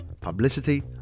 publicity